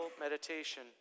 meditation